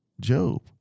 Job